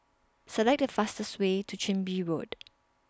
Select The fastest Way to Chin Bee Road